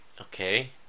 Okay